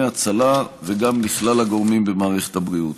הצלה וגם לכלל הגורמים במערכת הבריאות.